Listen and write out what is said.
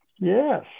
yes